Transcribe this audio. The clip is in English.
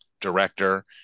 director